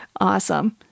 Awesome